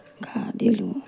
ঘাঁহ দিলোঁ